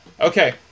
Okay